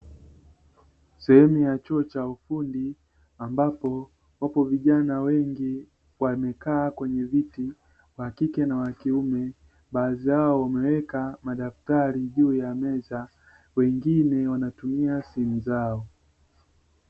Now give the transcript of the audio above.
Sehemu ya chuo cha ufundi ambapo wapo vijana wengi wamekaa kwenye viti wa kike baadhi yao wameweka madaftari juu ya meza wengine wanatumia simu zao.